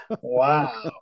wow